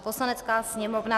Poslanecká sněmovna